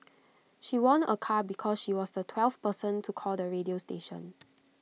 she won A car because she was the twelfth person to call the radio station